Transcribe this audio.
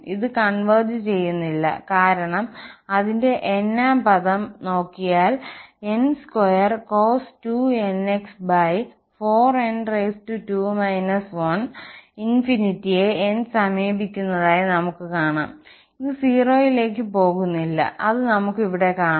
അത് കോൺവെർജ് ചെയ്യുന്നില്ല കാരണം അതിന്റെ nാം പദം നോക്കിയാൽ n2cos2nx4n2 1 ∞ യെ n സമീപിക്കുന്നതായി നമുക്ക് കാണാം ഇത് 0 ലേക്ക് പോകുന്നില്ല അത് നമുക്ക് ഇവിടെ കാണാം